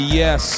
yes